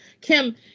Kim